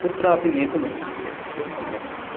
कुत्रापि नेतुम् अपि शक्यते बहु सम्यक् अस्ति